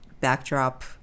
backdrop